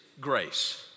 grace